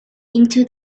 into